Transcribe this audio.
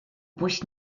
пусть